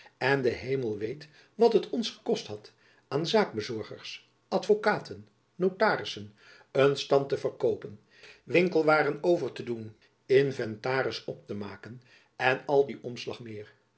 en de hemel weet wat het ons gekost had aan zaakbezorgers advokaten en notarissen een stand te verkoopen winkelwaren over te doen inventaris op te maken en al dien omslag meer